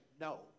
no